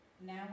Now